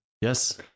Yes